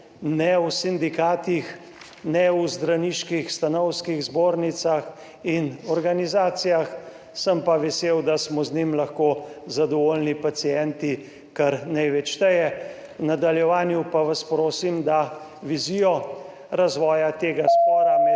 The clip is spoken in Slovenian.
ne v sindikatih, ne v zdravniških stanovskih zbornicah in organizacijah. Sem pa vesel, da smo z njim lahko zadovoljni pacienti, kar največ šteje. V nadaljevanju pa vas prosim, da vizijo razvoja tega spora